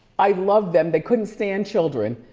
i loved them. they couldn't stand children.